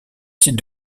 site